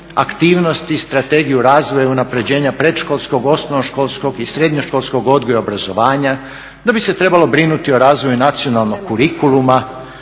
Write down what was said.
aktivnosti, Strategiju razvoja i unapređenja predškolskog, osnovnoškolskog i srednjoškolskog odgoja i obrazovanja, da bi se trebalo brinuti o razvoju nacionalnog kurikuluma,